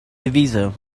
devise